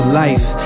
life